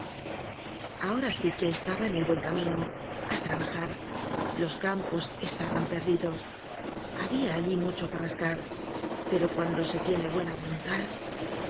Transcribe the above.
ahora si que estaba en el buen camino ja trabajar los campos estaban perdidos había allí mucho que rascar pero cuando se tiene buena voluntad